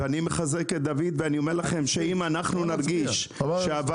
ואני מחזק את דוד ואני אומר לכם שאם אנחנו נרגיש שהוועדה